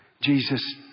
Jesus